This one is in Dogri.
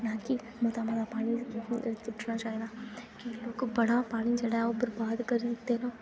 नां कि मता मता पानी सुट्टना चाहिदा लोक बड़ा पानी जेह्ड़ा ऐ ओह् बर्बाद करी ओड़दे